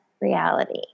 reality